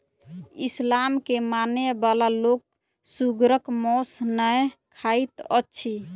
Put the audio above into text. इस्लाम के मानय बला लोक सुगरक मौस नै खाइत अछि